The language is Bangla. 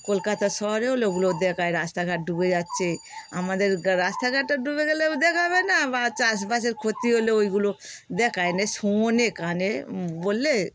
কলকাতা শহরে হলে ওগুলো দেখায় রাস্তাঘাট ডুবে যাচ্ছে আমাদের রাস্তাঘাট টাট ডুবে গেলেও দেখাবে না বা চাষবাসের ক্ষতি হলেও ওগুলো দেখায় না শোনে কানে বললে